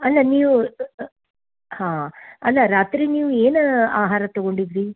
ಅಲ್ಲ ನೀವು ಹಾಂ ಅಲ್ಲ ರಾತ್ರಿ ನೀವು ಏನು ಆಹಾರ ತಗೊಂಡಿದ್ದಿರಿ